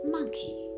Monkey